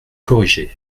corriger